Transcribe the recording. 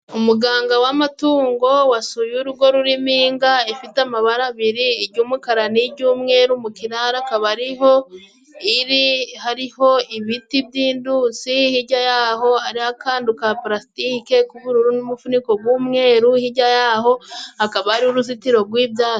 Umuganga w'amatungo wasuye urugo rurimo inga ifite amabara abiri:iry'umukara n'iry'umweru, mu kiraro akaba ariho iri, hariho ibiti by'indusi, hirya y'aho hari akandu ka pulasitike k'ubururu n'umufuniko g'umweru, hirya y'aho hakaba hariho uruzitiro rw'ibyatsi.